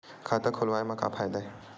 खाता खोलवाए मा का फायदा हे